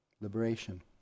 liberation